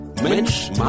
Mensch